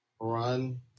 run